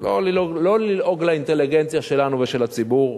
לא ללעוג לאינטליגנציה שלנו ושל הציבור.